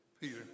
Peter